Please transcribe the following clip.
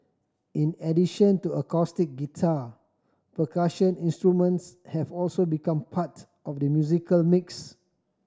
in addition to acoustic guitar percussion instruments have also become part of the musical mix